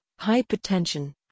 hypertension